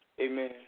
Amen